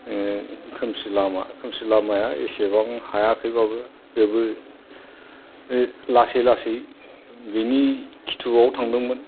खोमसि लामा खोमसि लामाया इसिबां हायाखैबाबो बेबो लासै लासै बिनि खिथुआव थांदोंमोन